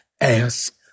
Ask